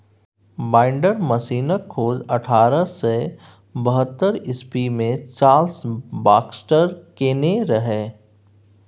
binder मशीनक खोज अठारह सय बहत्तर इस्बी मे चार्ल्स बाक्सटर केने रहय